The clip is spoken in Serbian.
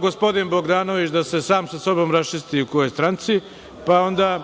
gospodin Bogdanović da se sam sa sobom raščisti u kojoj je stranci, pa onda,